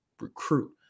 recruit